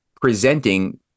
presenting